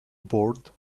bored